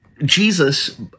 Jesus